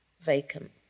vacant